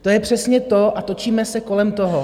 To je přesně to a točíme se kolem toho.